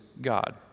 God